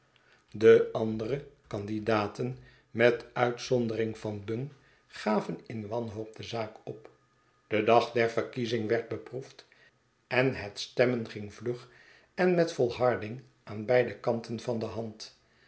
de andere kandidaten met uitzondering van bung gaven in wanhoop de zaak op de dag der verkiezing werd beproefd en het sternmen ging vlug en met volharding aan beide kanten van de hand